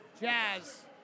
Jazz